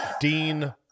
Dean